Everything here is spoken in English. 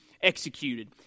executed